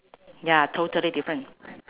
ya totally different